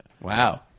Wow